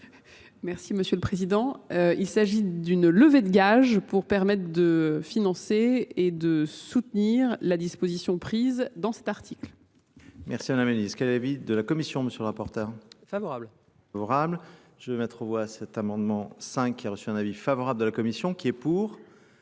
Merci Monsieur le Président. Il s'agit d'une levée de gages pour permettre de financer et de soutenir la disposition prise dans cet article. Merci Madame la Ministre. Quel est l'avis de la Commission Monsieur le Rapporteur ? Favorable. Je vais mettre au voie cet amendement 5 qui a reçu un avis favorable de la Commission, qui est pour,